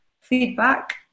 feedback